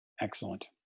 Excellent